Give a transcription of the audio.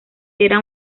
era